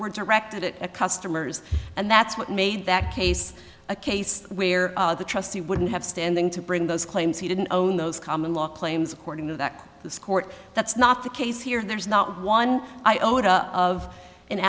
were directed at a customers and that's what made that case a case where the trustee wouldn't have standing to bring those claims he didn't own those common law claims according to that this court that's not the case here there's not one iota of an